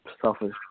selfish